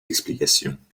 explications